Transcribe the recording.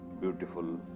beautiful